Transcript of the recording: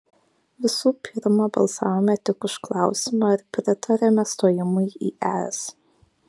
visų pirma balsavome tik už klausimą ar pritariame stojimui į es